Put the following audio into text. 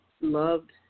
loved